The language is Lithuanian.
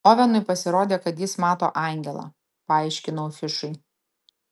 ovenui pasirodė kad jis mato angelą paaiškinau fišui